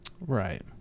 Right